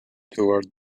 toward